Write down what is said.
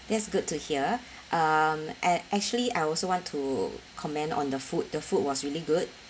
that's good to hear um ac~ actually I also want to comment on the food the food was really good